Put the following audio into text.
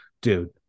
dude